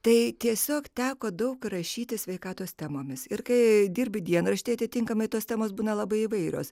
tai tiesiog teko daug rašyti sveikatos temomis ir kai dirbi dienraštyje atitinkamai tos temos būna labai įvairios